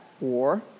war